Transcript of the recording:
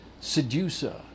Seducer